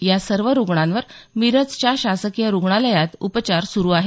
या सर्व रुग्णांवर मिरजच्या शासकीय रुग्णालयात उपचार सुरू आहेत